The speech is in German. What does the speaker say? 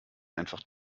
einfach